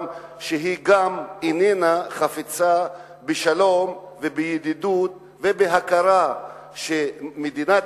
שהיא גם איננה חפצה בשלום ובידידות ובהכרה שמדינת